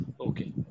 Okay